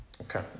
Okay